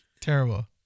Terrible